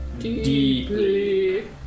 Deeply